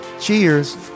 cheers